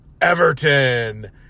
Everton